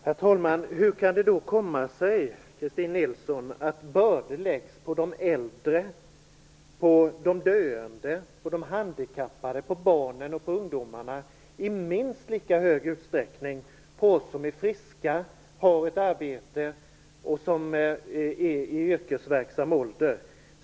Herr talman! Hur kan det då komma sig, Christin Nilsson, att bördor läggs på de äldre, de döende, de handikappade, barnen och ungdomarna i minst lika hög utsträckning som på oss som är friska, har ett arbete och är i yrkesverksam ålder?